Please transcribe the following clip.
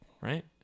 Right